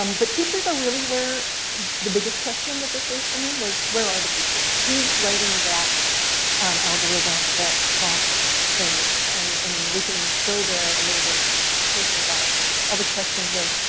um but teachers are really where the biggest question that this raised for me was where are the teachers? who's writing that algorithm that prompts things? and and we can go there a little bit in this conversation about all the questions of,